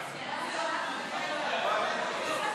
ההצעה להעביר את